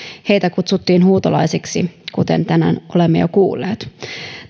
heitä kutsuttiin huutolaisiksi kuten tänään olemme jo kuulleet